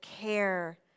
care